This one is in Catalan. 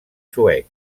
suec